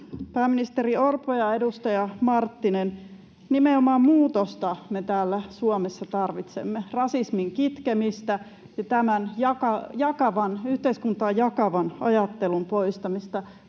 Pääministeri Orpo ja edustaja Marttinen, nimenomaan muutosta me täällä Suomessa tarvitsemme: rasismin kitkemistä ja tämän yhteiskuntaa jakavan ajattelun poistamista.